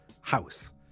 house